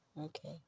okay